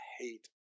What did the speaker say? hate